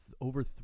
Over